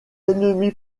ennemis